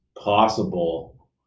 possible